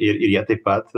ir ir jie taip pat